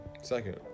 second